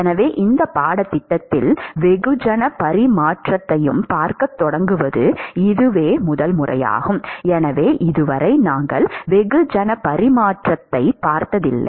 எனவே இந்த பாடத்திட்டத்தில் வெகுஜன பரிமாற்றத்தையும் பார்க்கத் தொடங்குவது இதுவே முதல் முறையாகும் எனவே இதுவரை நாங்கள் வெகுஜன பரிமாற்றத்தைப் பார்த்ததில்லை